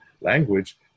language